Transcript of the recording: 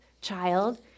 child